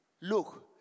Look